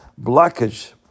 blockage